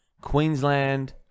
Queensland